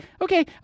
Okay